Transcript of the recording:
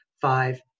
Five